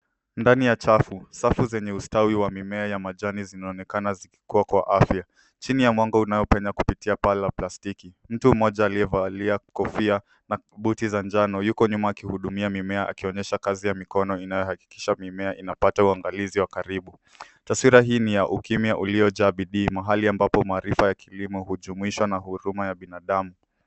Ndani ya chafu. Safu zenye ustawi wa mimea ya majani zinaonekana zikikua kwa afya. Chini ya mwanga unaopenya kupitia paa la plastiki. Mtu mmoja aliyevalia kofia na buti za njano yuko nyuma akihudumia mimea akionyesha kazi ya mikono inayohakikisha mimea inapata uangalizi wa karibu. Taswira hii ni ya ukimia uliojaa bidii mahali ambapo maarifa ya kilimo hujumuisha na huduma ya binadamu.